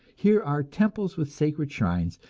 here are temples with sacred shrines,